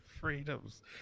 Freedoms